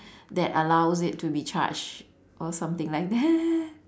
that allows it to be charged or something like that